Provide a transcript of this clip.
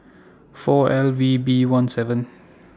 four L V B one seven